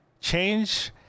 change